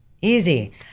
Easy